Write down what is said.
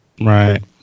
Right